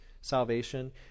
salvation